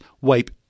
wipe